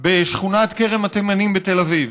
בשכונת כרם התימנים בתל אביב.